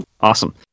Awesome